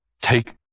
take